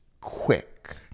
quick